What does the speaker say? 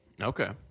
Okay